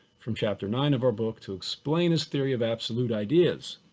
from chapter nine of our book to explain his theory of absolute ideas.